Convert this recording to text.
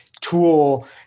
Tool